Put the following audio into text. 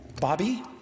Bobby